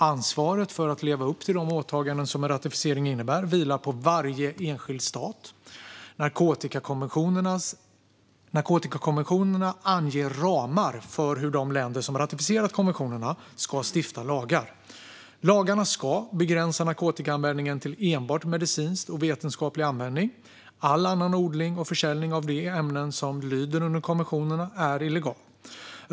Ansvaret för att leva upp till de åtaganden som en ratificering innebär vilar på varje enskild stat. Narkotikakonventionerna anger ramar för hur de länder som ratificerat konventionerna ska stifta lagar. Lagarna ska begränsa narkotikaanvändningen till enbart medicinsk och vetenskaplig användning. All annan odling och försäljning av de ämnen som lyder under konventionerna är illegal.